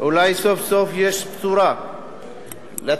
אולי סוף-סוף יש בשורה לצעירים,